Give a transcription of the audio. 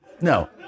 No